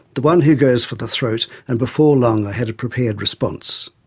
the one who goes for the throat, and before long, i had a prepared response.